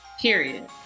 period